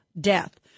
death